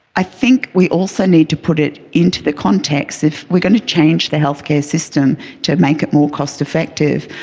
i think we also need to put it into the context of if we're going to change the healthcare system to make it more cost-effective,